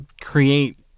create